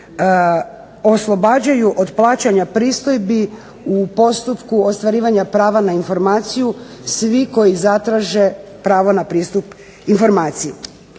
oslobađaju od plaćanja pristojbi u postupku ostvarivanja prava na informaciju svi koji zatraže pravo na pristup informaciji.